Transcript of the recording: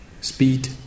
speed